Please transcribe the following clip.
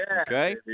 okay